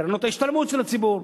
מקרנות ההשתלמות של הציבור,